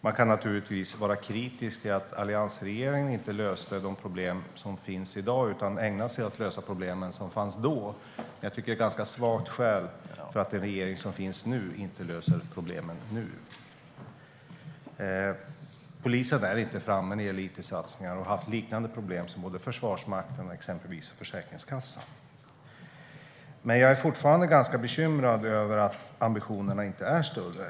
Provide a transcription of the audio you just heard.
Man kan naturligtvis vara kritisk till att alliansregeringen inte löste de problem som finns i dag utan ägnade sig åt att lösa problemen som fanns då. Men jag tycker att det är ett ganska svagt skäl till att den nuvarande regeringen inte löser problemen som finns nu. Polisen är inte framme när det gäller it-satsningar. Man har haft liknande problem som Försvarsmakten och exempelvis Försäkringskassan. Jag är fortfarande ganska bekymrad över att ambitionerna inte är större.